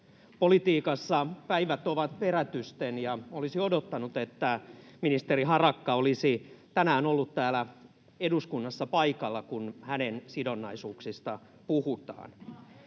Politiikassa päivät ovat perätysten, ja olisi odottanut, että ministeri Harakka olisi tänään ollut täällä eduskunnassa paikalla, kun hänen sidonnaisuuksistaan puhutaan.